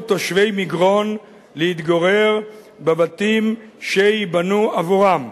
תושבי מגרון להתגורר בבתים שייבנו עבורם.